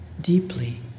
deeply